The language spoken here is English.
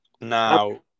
now